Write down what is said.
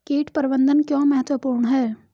कीट प्रबंधन क्यों महत्वपूर्ण है?